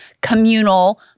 communal –